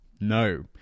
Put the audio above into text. no